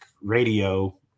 Radio